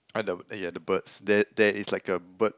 kind of yeah the birds there there is like a bird